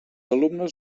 alumnes